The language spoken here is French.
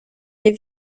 les